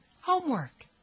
Homework